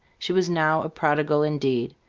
she was now a prodigal, indeed.